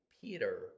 peter